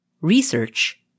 research